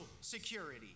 security